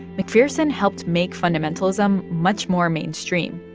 mcpherson helped make fundamentalism much more mainstream.